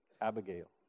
Abigail